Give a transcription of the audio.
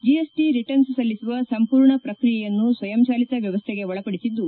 GST returns ಸಲ್ಲಿಸುವ ಸಂಪೂರ್ಣ ಪ್ರಕ್ರಿಯೆಯನ್ನು ಸ್ವಯಂಚಾಲಿತ ವ್ಯವಸ್ಥೆಗೆ ಒಳಪಡಿಸಿದ್ದು